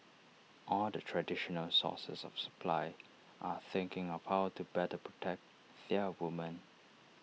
all the traditional sources of supply are thinking of how to better protect their women